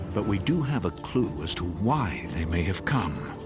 but we do have a clue as to why they may have come.